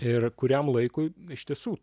ir kuriam laikui iš tiesų